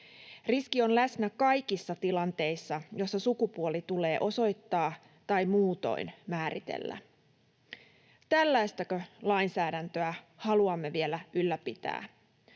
Riski on läsnä kaikissa tilanteissa, joissa sukupuoli tulee osoittaa tai muutoin määritellä. Tällaistako lainsäädäntöä haluamme vielä ylläpitää?